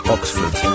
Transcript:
Oxford